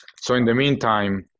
so in the meantime,